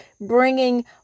bringing